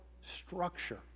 structure